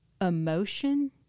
emotion